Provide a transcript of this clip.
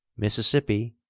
mississippi,